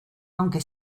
aunque